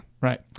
right